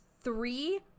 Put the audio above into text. three